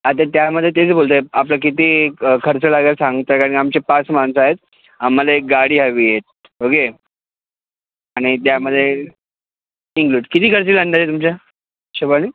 आता त्यामध्ये तेच बोलत आहे आपलं किती खर्च लागेल सांगता का का आमचे पाच माणसं आहेत आम्हाला एक गाडी हवी आहे ओके आणि त्यामध्ये इन्क्लुड किती खर्च येईल अंदाजे तुमच्या हिशेबाने